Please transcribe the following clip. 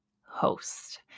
host